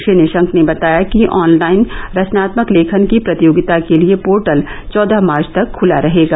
श्री निशंक ने बताया कि ऑनलाइन रचनात्मक लेखन की प्रतियोगिता के लिए पोर्टल चौदह मार्च तक खुला रहेगा